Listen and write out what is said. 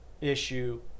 issue